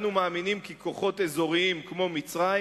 אנו מאמינים כי כוחות אזוריים כמו מצרים